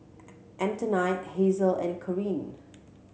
Antionette Hazelle and Caryn